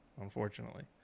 unfortunately